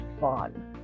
fun